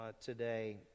today